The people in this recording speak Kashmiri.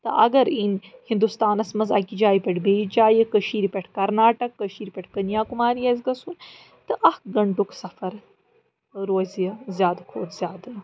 تہٕ اگر ہنٛدوستانَس منٛز اَکہِ جایہِ پٮ۪ٹھ بیٚیِس جایہِ کٔشیٖرِ پٮ۪ٹھ کَرناٹک کٔشیٖرِ پٮ۪ٹھ کنیاکُماری آسہِ گژھُن تہٕ اَکھ گھنٹُک سفر روزِ زیادٕ کھۄتہٕ زیادٕ